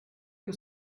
que